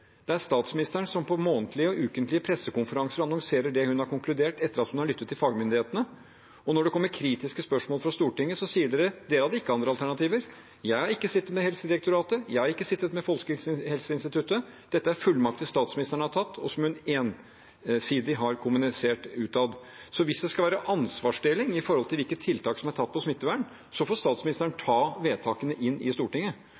er statsministeren som på månedlige og ukentlige pressekonferanser annonserer det hun har konkludert etter at hun har lyttet til fagmyndighetene. Når det kommer kritiske spørsmål fra Stortinget, sier man: Dere hadde ikke andre alternativer. Jeg har ikke sittet i møter med Helsedirektoratet eller Folkehelseinstituttet. Dette er fullmakter statsministeren har tatt, og som hun ensidig har kommunisert utad. Så hvis det skal være ansvarsdeling når det gjelder hvilke tiltak som er gjort om smittevern, får statsministeren ta vedtakene til Stortinget.